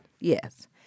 Yes